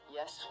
Yes